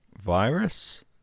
virus